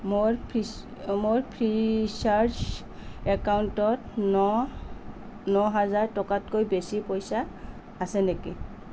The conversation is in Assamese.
মোৰ মোৰ ফ্ৰীচাৰ্জ একাউণ্টত ন ন হাজাৰ টকাতকৈ বেছি পইচা আছে নেকি